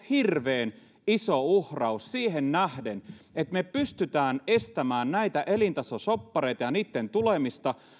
hirveän iso uhraus siihen nähden että me pystymme estämään näiden elintasoshoppareiden tulemista